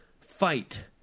fight